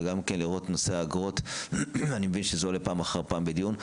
ולבדוק גם את נושא האגרות שעולה פעם אחר פעם בדיון.